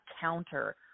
counter